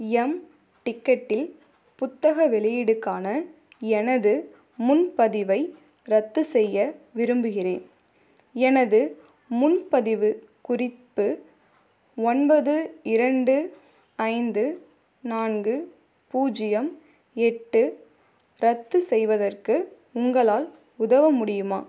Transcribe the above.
M டிக்கெட்டில் புத்தக வெளியீடுக்கான எனது முன்பதிவை ரத்து செய்ய விரும்புகிறேன் எனது முன்பதிவு குறிப்பு ஒன்பது இரண்டு ஐந்து நான்கு பூஜ்ஜியம் எட்டு ரத்து செய்வதற்கு உங்களால் உதவ முடியுமா